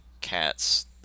cats